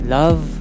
love